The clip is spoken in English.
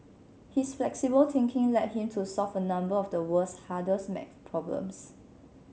his flexible thinking led him to solve a number of the world's hardest maths problems